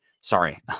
Sorry